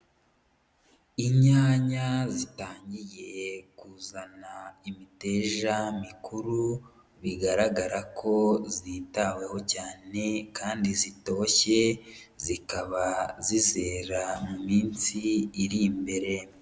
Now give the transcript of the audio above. Inyanya zitangiye kuzana imiteja mikuru, bigaragara ko zitaweho cyane kandi zitoshye, zikaba zizera mu minsi iri imbere.